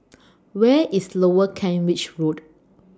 Where IS Lower Kent Ridge Road